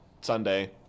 Sunday